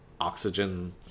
oxygen